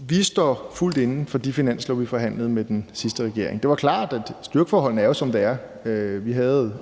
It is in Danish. Vi står fuldt inde for de finanslove, vi forhandlede med den sidste regering. Det var klart, at styrkeforholdene jo var, som de var. Vi havde